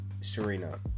Serena